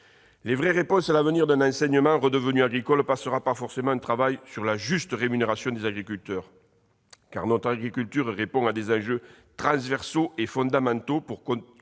Les vraies réponses à la question de l'avenir d'un enseignement redevenu agricole passeront forcément par un travail sur la juste rémunération des agriculteurs, car notre agriculture répond à des enjeux transversaux et fondamentaux pour coller